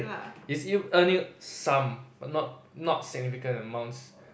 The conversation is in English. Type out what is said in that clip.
he's still earning some but not not significant amounts